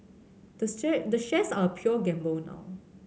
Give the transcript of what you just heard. the the shares are a pure gamble now